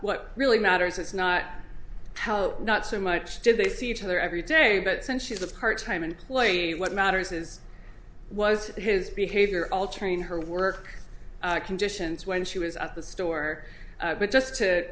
what really matters is not how not so much did they see each other every day but since she's a part time employee what matters is was his behavior altering her work conditions when she was at the store but just to